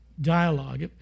dialogue